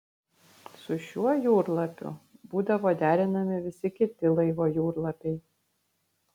su šiuo jūrlapiu būdavo derinami visi kiti laivo jūrlapiai